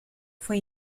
fue